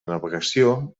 navegació